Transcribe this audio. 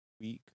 week